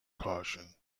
caution